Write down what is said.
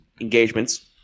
Engagements